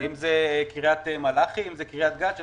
אם זה קריית מלאכי או קריית גת,